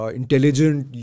intelligent